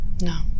No